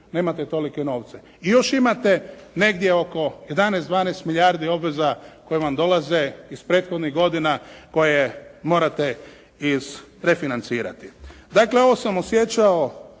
nemate tolike novce. Još imate negdje oko 11, 12 milijardi obveza koje vam dolaze iz prethodnih godina, koje morate i refinancirati. Dakle, ovo sam osjećao